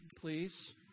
please